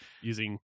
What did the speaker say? Using